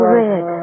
red